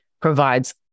provides